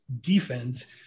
defense